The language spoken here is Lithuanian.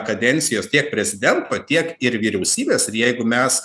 kadencijos tiek prezidento tiek ir vyriausybės ir jeigu mes